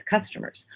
customers